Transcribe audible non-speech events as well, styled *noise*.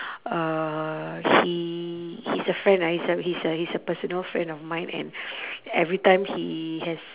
uh he he's a friend ah he's a he's a he's a personal friend of mine and *noise* every time he has